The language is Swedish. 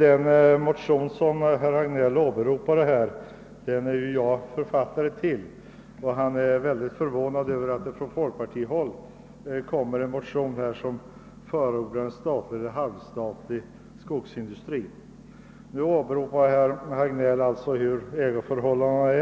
Herr talman! Herr Hagnell uttryckte sin stora förvåning över att vi på folkpartihåll har väckt en motion i vilken vi förordar en statlig eller halvstatlig skogsindustri. Det är jag som har författat den motionen. När herr Hagnell emellertid redogjorde för ägandeförhållandena när